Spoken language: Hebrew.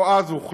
או אז הוחלט